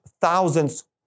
thousands